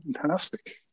fantastic